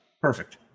perfect